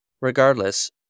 regardless